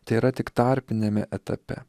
tai yra tik tarpiniame etape